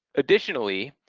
additionally,